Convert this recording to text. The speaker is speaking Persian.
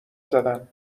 زدن